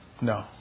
No